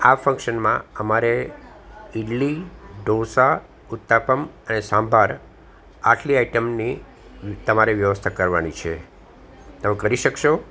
આ ફંકશનમાં અમારે ઈડલી ઢોસા ઉત્તપમ અને સાંભાર આટલી આઈટમની તમારે વ્યવસ્થા કરવાની છે તમે કરી શકશો